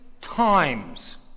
times